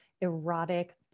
erotic